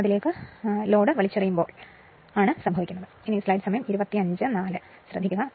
അതിനാൽ ലോഡ് വലിച്ചെറിയുമ്പോൾ ദ്വിതീയ വോൾട്ടേജായ V2 a V2 0 അതായത് V2 0 E2